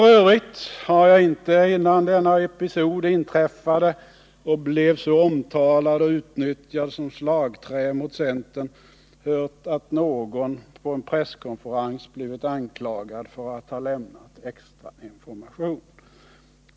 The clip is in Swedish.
F. ö. har jag inte innan denna episod inträffade och blev så omtalad och utnyttjad som slagträ mot centern hört att någon på en presskonferens blivit anklagad för att ha lämnat extra information.